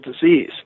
disease